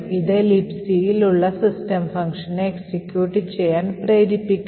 ഇത് Libcയിൽ ഉള്ള സിസ്റ്റം ഫംഗ്ഷനെ എക്സിക്യൂട്ട് ചെയ്യാൻ പ്രേരിപ്പിക്കും